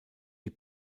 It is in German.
die